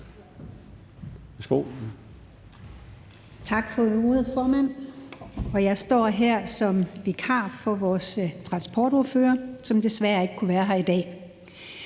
Tak for ordet, formand. Jeg står her som vikar for vores transportordfører, som desværre ikke kunne være her i dag.